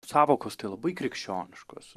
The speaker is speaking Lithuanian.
sąvokos tai labai krikščioniškos